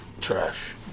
trash